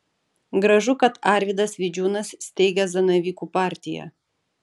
gražu kad arvydas vidžiūnas steigia zanavykų partiją